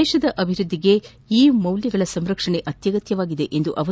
ದೇಶದ ಅಭಿವೃದ್ದಿಗೆ ಈ ಮೌಲ್ಯಗಳ ಸಂರಕ್ಷಣೆ ಆತ್ಯಗತ್ಯವಾಗಿದೆ ಎಂದರು